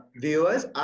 viewers